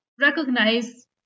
recognize